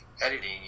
editing